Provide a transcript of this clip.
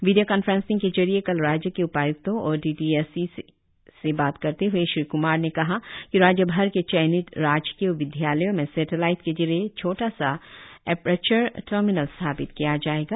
विडियों conferencing के जरिए कल राज्य के उपाय्क्तों और डी डी एस ई से बात करते हए श्री क्मार ने कहा कि राज्यभर के चयनित राजकीय विद्यालयों में सेटेलाईट के जरिए छोटा सा एपर्चर टर्मिनल स्थापित किया जाएगा